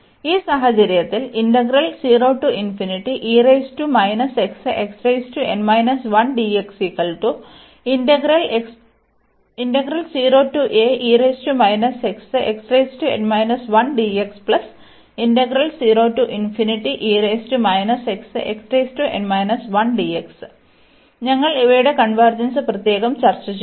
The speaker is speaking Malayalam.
അതിനാൽ ഈ സാഹചര്യത്തിൽ ഞങ്ങൾ ഇവയുടെ കൺവെർജെൻസ് പ്രത്യേകം ചർച്ച ചെയ്യും